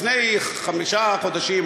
לפני חמישה חודשים,